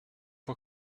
for